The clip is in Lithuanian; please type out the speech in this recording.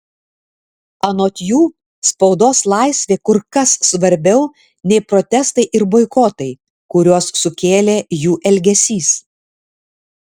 anot jų spaudos laisvė kur kas svarbiau nei protestai ir boikotai kuriuos sukėlė jų elgesys